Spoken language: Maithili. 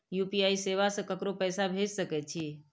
यू.पी.आई सेवा से ककरो पैसा भेज सके छी?